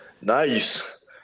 nice